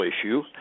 issue